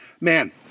Man